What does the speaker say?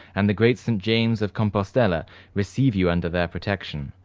and the great st. james of compostella, receive you under their protection.